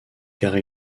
car